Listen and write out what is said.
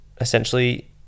essentially